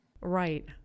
Right